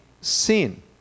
sin